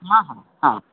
ହଁ ହଁ ହଁ